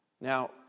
Now